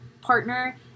partner